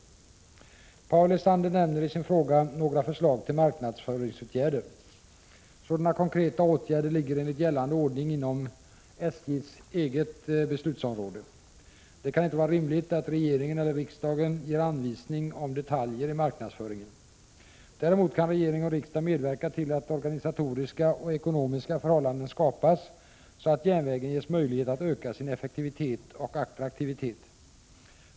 Paul Lestander nämner i sin fråga några förslag till marknadsföringsåtgärder. Sådana konkreta åtgärder ligger enligt gällande ordning inom SJ:s eget beslutsområde. Det kan inte vara rimligt att regeringen eller riksdagen ger anvisning om detaljer i marknadsföringen. Däremot kan regering och riksdag medverka till att organisatoriska och ekonomiska förhållanden skapas, så att järnvägen ges möjlighet att öka sin effektivitet och attraktivitet.